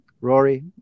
Rory